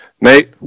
Nate